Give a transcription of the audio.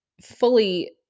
fully